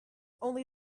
only